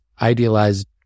idealized